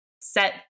set